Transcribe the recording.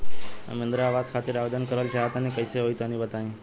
हम इंद्रा आवास खातिर आवेदन करल चाह तनि कइसे होई तनि बताई?